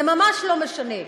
זה ממש לא משנה.